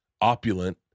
opulent